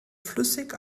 flüssig